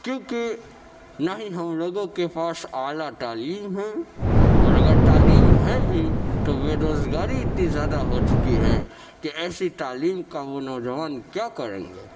کیونکہ نا ہى ہم لوگوں كے پاس اعلىٰ تعليم ہے اور اگر تعليم ہے بھی تو بےروزگاری اتی زیادہ ہو چکی ہے کہ ایسی تعلیم کا وہ نوجوان کیا کریں گے